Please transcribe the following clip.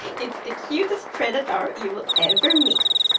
it's the cutest predator you will ever meet.